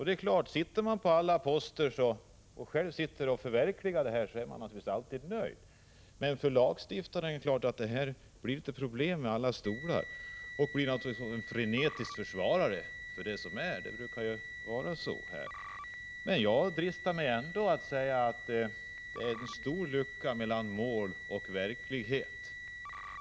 De som sitter på alla poster och själva har uppgiften att förverkliga målen är naturligtvis alltid nöjda. För lagstiftarna blir det däremot problem med alla stolar, och de försvarar naturligtvis frenetiskt det som är — det brukar vara så. Jag dristar mig ändå att säga att det är en stor lucka mellan mål och verklighet.